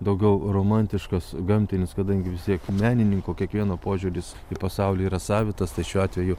daugiau romantiškas gamtinis kadangi vis tiek menininko kiekvieno požiūris į pasaulį yra savitas tai šiuo atveju